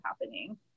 happening